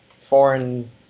foreign